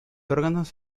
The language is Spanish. órganos